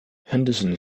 henderson